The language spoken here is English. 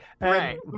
Right